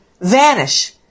vanish